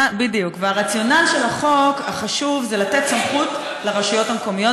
הרציונל של החוק החשוב הזה הוא לתת סמכות לרשויות המקומיות